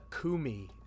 Kumi